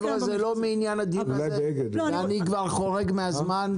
זה לא מעניין הדיון הזה ואני כבר חורג מהזמן.